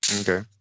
Okay